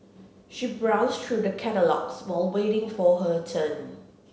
she browsed through the catalogues while waiting for her turn